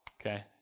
okay